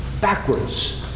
backwards